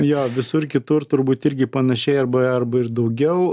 jo visur kitur turbūt irgi panašiai arba arba ir daugiau